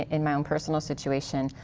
in my own personal situation.